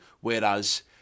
Whereas